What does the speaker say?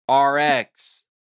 RX